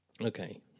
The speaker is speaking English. okay